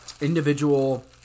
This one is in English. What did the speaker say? individual